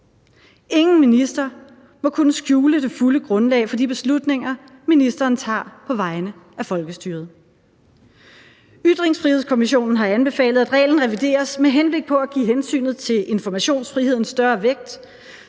Ingen minister må kunne skjule det fulde grundlag for de beslutninger, ministeren tager på vegne af folkestyret. Ytringsfrihedskommissionen har anbefalet, at reglen revideres med henblik på at give hensynet til informationsfriheden større vægt